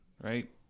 right